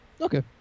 Okay